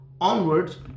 onwards